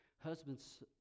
Husbands